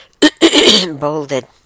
bolded